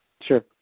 Sure